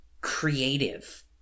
creative